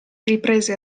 riprese